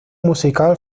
musical